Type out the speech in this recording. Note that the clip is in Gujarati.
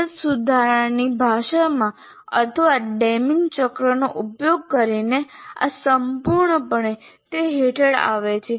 સતત સુધારણાની ભાષામાં અથવા ડેમિંગ ચક્રનો ઉપયોગ કરીને આ સંપૂર્ણપણે તે હેઠળ આવે છે